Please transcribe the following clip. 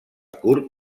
curt